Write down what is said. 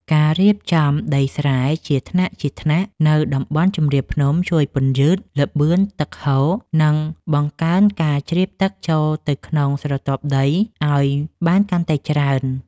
ការរៀបចំដីស្រែជាថ្នាក់ៗនៅតំបន់ជម្រាលភ្នំជួយពន្យឺតល្បឿនទឹកហូរ និងបង្កើនការជ្រាបទឹកចូលទៅក្នុងស្រទាប់ដីឱ្យបានកាន់តែជ្រៅ។